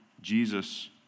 Jesus